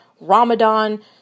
Ramadan